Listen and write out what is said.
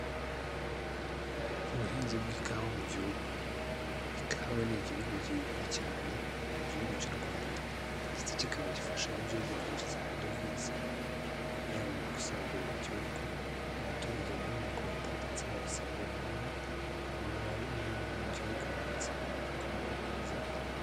Ubuhinzi bw'ikawa mu gihugu, ikawa ni igihugu gihingwa cyane mu gihugu cy'u rwanda ndetse kikaba gifasha n'igihugu kwinjiza amadovize yaba mu gusagurira igihugu mu baturage baba mu rwanda ndetse bagasagurira nabo n'ababa mu gihugu hanze bakaboherereza.